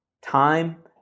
time